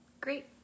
great